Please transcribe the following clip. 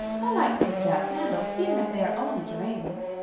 i like things to have handles even if they are only geraniums.